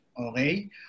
okay